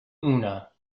oona